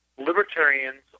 libertarians